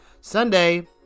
Sunday